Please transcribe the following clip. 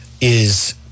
is-